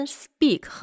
speak